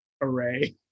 array